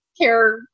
care